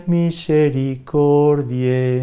misericordie